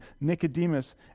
Nicodemus